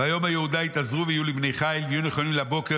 ויאמר יהודה התאזרו והיו לבני חיל והיו נכונים לבוקר